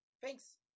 Thanks